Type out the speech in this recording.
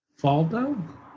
Faldo